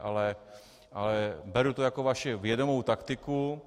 Ale beru to jako vaši vědomou taktiku.